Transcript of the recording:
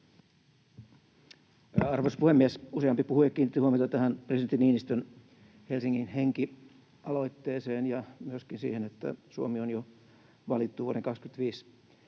Arvoisa puhemies! Useampi puhuja kiinnitti huomiota tähän presidentti Niinistön Helsingin henki ‑aloitteeseen ja myöskin siihen, että Suomi on jo valittu vuoden 25